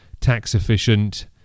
tax-efficient